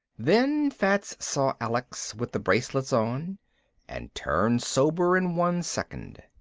then fats saw alex with the bracelets on and turned sober in one second.